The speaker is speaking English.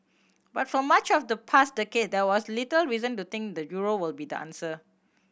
but for much of the past decade there was little reason to think the euro would be the answer